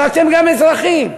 אבל אתם גם אזרחים.